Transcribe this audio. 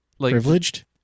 privileged